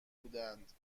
بودند